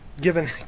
given